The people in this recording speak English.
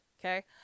Okay